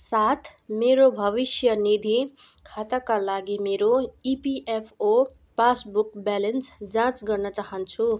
साथ मेरो भविष्यनिधि खाताका लागि मेरो इपिएफओ पासबुक ब्यालेन्स जाँच गर्न चाहन्छु